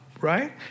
right